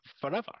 forever